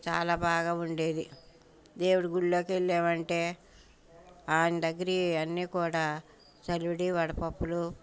చాలా బాగా ఉండేది దేవుడి గుళ్ళోకి వెళ్ళాము అంటే ఆయన దగ్గర అన్నీ కూడా సలివిడి వడ పప్పులు